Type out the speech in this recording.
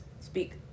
speak